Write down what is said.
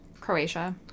Croatia